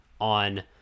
on